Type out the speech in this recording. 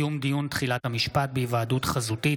(היוועדות חזותית),